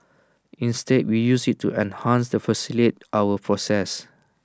instead we use IT to enhance and facilitate our processes